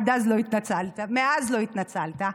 מאז לא התנצלת.